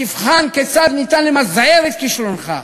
תבחן, כיצד ניתן למזער את כישלונך?